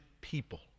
people